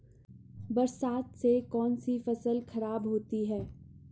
बरसात से कौन सी फसल खराब होती है?